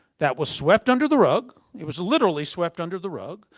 that was swept under the rug, it was literally swept under the rug.